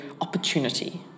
opportunity